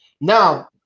Now